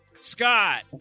Scott